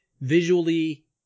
visually